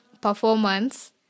performance